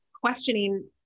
questioning